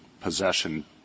possession